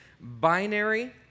binary